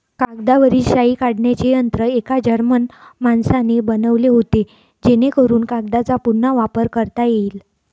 कागदावरील शाई काढण्याचे यंत्र एका जर्मन माणसाने बनवले होते जेणेकरून कागदचा पुन्हा वापर करता येईल